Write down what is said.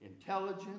intelligent